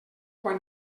quan